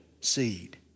seed